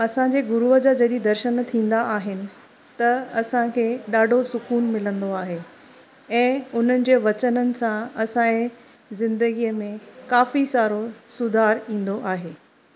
असांजे गुरूअ जा जॾहिं दर्शन थींदा आहिनि त असांखे ॾाढो सुकून मिलंदो आहे ऐं उन्हनि जे वचननि सां असांजे ज़िंदगीअ में काफ़ी सारो सुधारु ईंदो आहे